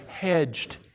hedged